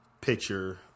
picture